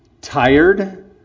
tired